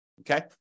okay